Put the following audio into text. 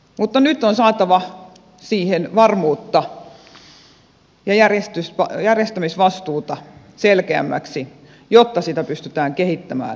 mutta nyt on saatava siihen varmuutta ja järjestämisvastuuta selkeämmäksi jotta sitä pystytään kehittämään edelleen